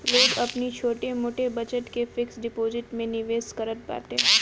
लोग अपनी छोट मोट बचत के फिक्स डिपाजिट में निवेश करत बाटे